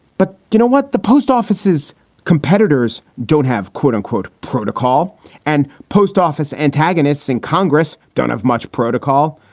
but you know what, the post offices competitors don't have, quote unquote, protocol and post office antagonists in congress don't have much protocol.